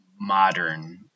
modern